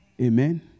Amen